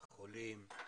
החולים,